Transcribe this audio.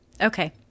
Okay